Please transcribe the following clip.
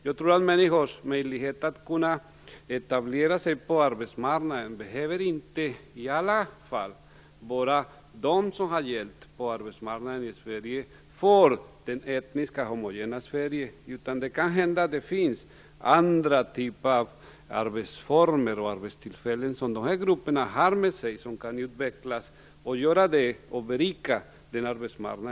Jag tror att människors sätt att etablera sig på arbetsmarknaden inte i alla fall behöver vara de som har gällt på arbetsmarknaden i det etniskt homogena Sverige. Det kan hända att det finns andra arbetsformer som dessa grupper har med sig som kan utvecklas och berika vår arbetsmarknad.